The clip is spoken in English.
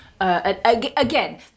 Again